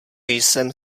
jsem